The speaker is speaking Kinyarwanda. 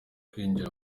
kwinjira